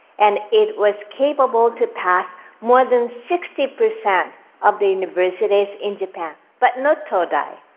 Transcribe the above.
and it was capable to pass more than sixty percent of the universities in japan but not todai.